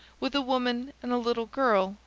with a woman and a little girl,